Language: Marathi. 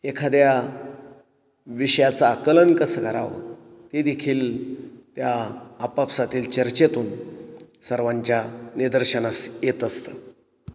एखाद्या विषयाचं आकलन कसं करावं ते देखील त्या आपापसातील चर्चेतून सर्वांच्या निदर्शनास येत असतं